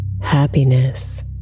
happiness